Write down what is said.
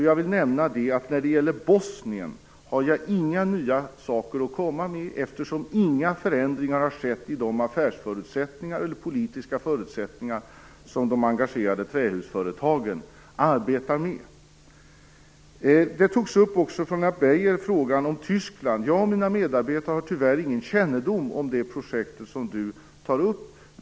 Jag vill säga att jag när det gäller Bosnien inte har något nytt att komma med, eftersom inga förändringar har skett i de affärsförutsättningar eller politiska förutsättningar som de engagerade trähusföretagen arbetar med. Lennart Beijer tog upp frågan om Tyskland. Jag och mina medarbetare har tyvärr ingen kännedom om det projekt som han tar upp.